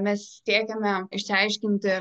mes siekiame išsiaiškinti